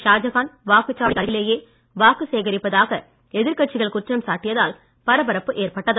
ஷாஜகான் வாக்குச்சாவடிக்கு அருகிலேயே வாக்குச் சேகரிப்பதாக எதிர்க்கட்சிகள் குற்றம் சாட்டியதால் பரபரப்பு ஏற்பட்டது